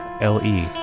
L-E